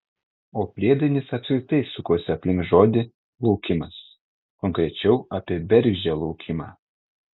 o priedainis apskritai sukosi aplink žodį laukimas konkrečiau apie bergždžią laukimą